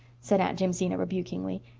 said aunt jamesina rebukingly.